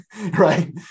Right